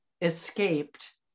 escaped